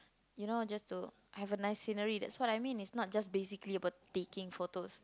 you know just to have a nice scenery that is what I mean basically not just to taking photo